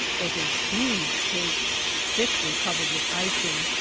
was a huge cake thickly covered with icing.